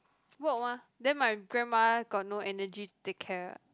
work mah then my grandma got no energy to take care